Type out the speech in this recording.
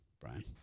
Brian